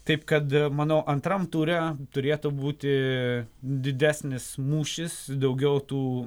taip kad manau antram ture turėtų būti didesnis mūšis daugiau tų